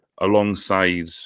alongside